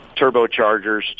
turbochargers